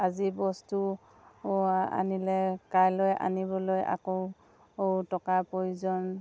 আজি বস্তু আনিলে কাইলৈ আনিবলৈ আকৌ টকা প্ৰয়োজন